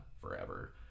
forever